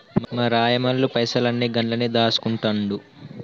మా రాయమల్లు పైసలన్ని గండ్లనే దాస్కుంటండు